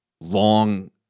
long